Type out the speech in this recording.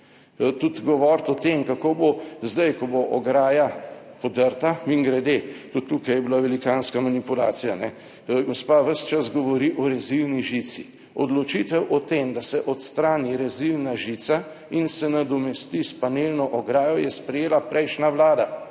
Tudi govoriti o tem, kako bo sedaj, ko bo ograja podrta, mimogrede, tudi tukaj je bila velikanska manipulacija. Gospa ves čas govori o rezilni žici. Odločitev o tem, da se odstrani rezilna žica in se nadomesti s panelno ograjo je sprejela prejšnja Vlada,